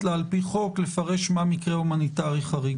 לה על פי חוק לפרש מה הוא מקרה הומניטרי חריג,